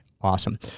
awesome